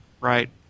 right